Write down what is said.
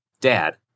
Dad